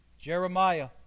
Jeremiah